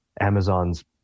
Amazon's